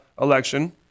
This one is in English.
election